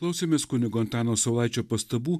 klausėmės kunigo antano saulaičio pastabų